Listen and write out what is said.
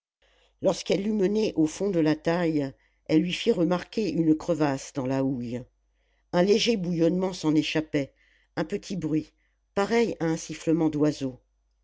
lorsqu'elle l'eut mené au fond de la taille elle lui fit remarquer une crevasse dans la houille un léger bouillonnement s'en échappait un petit bruit pareil à un sifflement d'oiseau